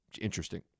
Interesting